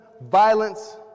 violence